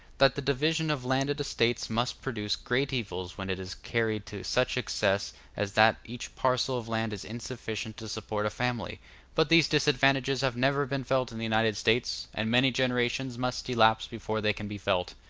that the division of landed estates must produce great evils when it is carried to such excess as that each parcel of land is insufficient to support a family but these disadvantages have never been felt in the united states, and many generations must elapse before they can be felt.